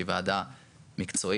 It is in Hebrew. שהיא וועדה מקצועית.